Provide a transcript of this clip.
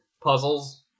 puzzles